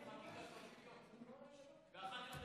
הוא לא ידע שישביתו חקיקה ל-30 יום ואחר כך נצא לפגרה.